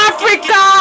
Africa